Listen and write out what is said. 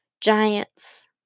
Giants